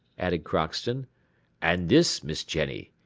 added crockston and this, miss jenny,